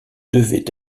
devait